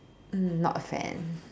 not a fan